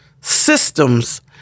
systems